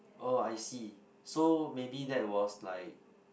oh I see so maybe that was like